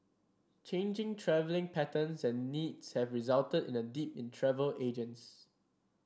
changing travelling patterns and needs have resulted in a dip in travel agents